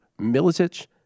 Milicic